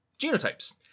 genotypes